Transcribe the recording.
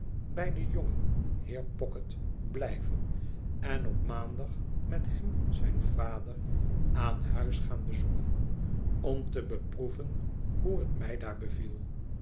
bij den jongen heer pocket blijven en op maandag met jtxem zijn vader aan huis gaan bezoeken om te beproeven hoe het mij daar beviel